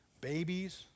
babies